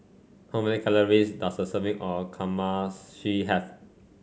how many calories does a serving of Kamameshi have